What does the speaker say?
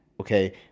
okay